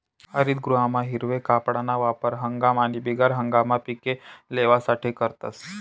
हरितगृहमा हिरवा कापडना वापर हंगाम आणि बिगर हंगाममा पिके लेवासाठे करतस